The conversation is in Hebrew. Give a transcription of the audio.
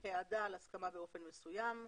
העדה על הסכמה באופן מסוים,